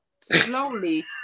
slowly